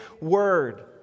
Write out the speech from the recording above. word